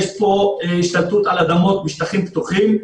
יש פה השתלטות על אדמות בשטחים פתוחים,